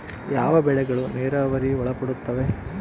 ಯಾವ ಬೆಳೆಗಳು ನೇರಾವರಿಗೆ ಒಳಪಡುತ್ತವೆ?